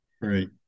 Right